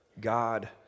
God